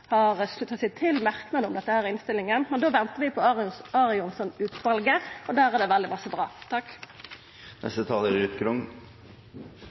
har slutta seg til merknadene om dette i innstillinga. Da ventar vi på Arianson-utvalet, og der er det veldig mykje bra. Jeg viser til innlegget fra representanten Morten Wold, og jeg er